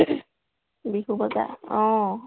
বিহু বজাৰ অঁ